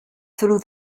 through